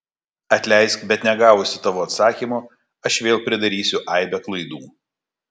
atleisk bet negavusi tavo atsakymo aš vėl pridarysiu aibę klaidų